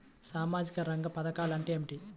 సామాజిక రంగ పధకాలు అంటే ఏమిటీ?